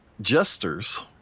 jesters